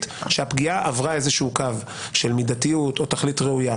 שהפגיעה עברה איזשהו קו של מידתיות או תכלית ראויה,